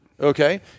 okay